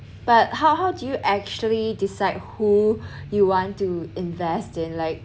but how how do you actually decide who you want to invest in like